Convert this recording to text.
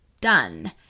done